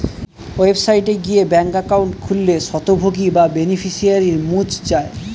website গিয়ে bank account খুললে স্বত্বভোগী বা বেনিফিশিয়ারিকে মুছ যায়